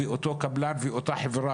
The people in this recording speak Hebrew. אותו קבלן ואותה חברה,